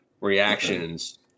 reactions